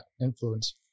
influence